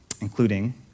including